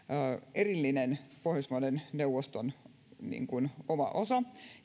erillinen pohjoismaiden neuvoston oma osa